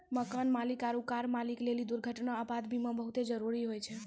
मकान मालिक आरु कार मालिक लेली दुर्घटना, आपात बीमा बहुते जरुरी होय छै